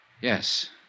Yes